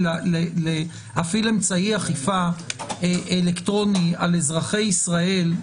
להפעיל אמצעי אכיפה אלקטרוני על אזרחי ישראל?